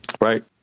Right